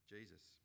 Jesus